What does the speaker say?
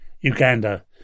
Uganda